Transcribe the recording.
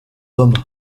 hommes